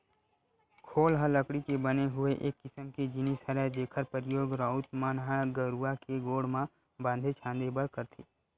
खोल ह लकड़ी के बने हुए एक किसम के जिनिस हरय जेखर परियोग राउत मन ह गरूवा के गोड़ म बांधे छांदे बर करथे